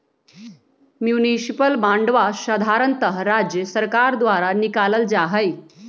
municipal बांडवा साधारणतः राज्य सर्कार द्वारा निकाल्ल जाहई